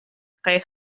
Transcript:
kaj